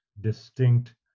distinct